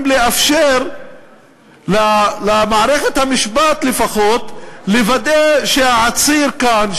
לאפשר למערכת המשפט לפחות לוודא שהעציר כאן,